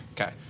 Okay